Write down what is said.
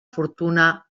fortuna